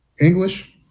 English